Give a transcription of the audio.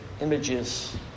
images